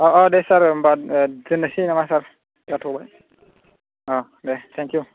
अ' अ' दे सार होम्बा दोननोसै नामा सार जाथ'बाय दे थेंकिउ